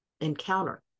encounter